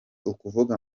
ukuvuga